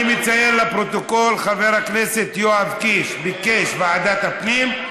אני מציין לפרוטוקול שחבר הכנסת יואב קיש ביקש ועדת הפנים,